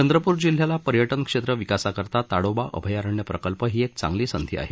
चंद्रपूर जिल्ह्याला पर्यटन क्षेत्र विकासाकरता ताडोबा अभ्यारण्य प्रकल्प ही एक चांगली संधी आहे